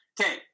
okay